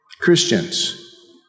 Christians